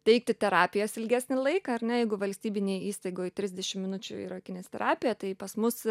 teikti terapijas ilgesnį laiką ar ne jeigu valstybinėj įstaigoj trisdešim minučių yra kineziterapija tai pas mus